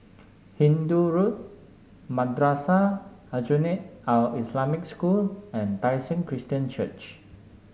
Hindoo Road Madrasah Aljunied Al Islamic School and Tai Seng Christian Church